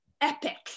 epic